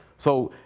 so,